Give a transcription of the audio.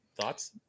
thoughts